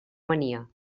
mania